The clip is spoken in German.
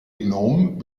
gnom